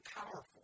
powerful